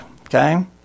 okay